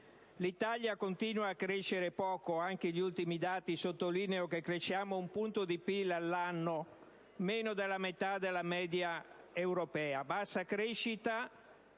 L'Italia continua a crescere poco; anche gli ultimi dati sottolineano che cresciamo un punto di PIL all'anno, meno della metà della media europea.